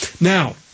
Now